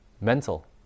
mental